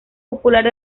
popular